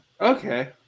Okay